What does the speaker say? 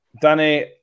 Danny